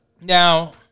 Now